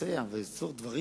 ולשסע ולעשות דברים